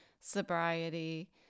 sobriety